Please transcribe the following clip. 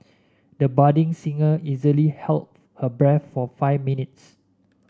the budding singer easily held her breath for five minutes